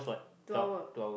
two hour